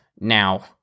Now